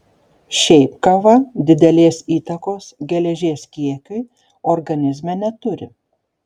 šiaip kava didelės įtakos geležies kiekiui organizme neturi